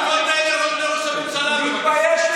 האלה לראש הממשלה, בבקשה.